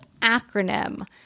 acronym